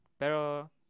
Pero